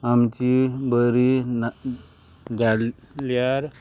आमची बरी ना जाल्ल्यार